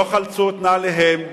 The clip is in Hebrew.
לא חלצו את נעליהם,